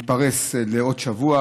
שמתפרס על פני עוד שבוע,